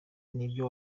n’ibyo